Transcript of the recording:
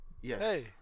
yes